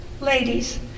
Ladies